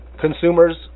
consumers